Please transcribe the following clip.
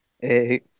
Hey